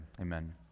Amen